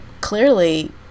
clearly